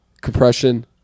compression